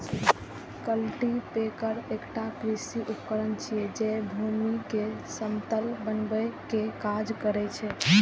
cultipacker एकटा कृषि उपकरण छियै, जे भूमि कें समतल बनबै के काज करै छै